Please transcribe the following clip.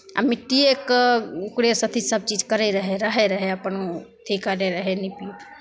आ मिट्टीएके ओकरे सती सभचीज करैत रहै रहैत रहै अपन अथी करैत रहै